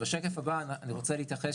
בשקף הבא אני רוצה להתייחס,